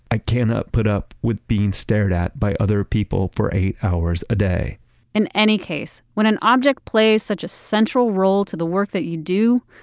i cannot put up with being stared at by other people for eight hours a day in any case, when an object plays such a central role to the work that you do,